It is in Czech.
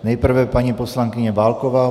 Nejprve paní poslankyně Válková.